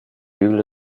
dübel